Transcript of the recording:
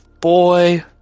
boy